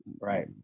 right